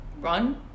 run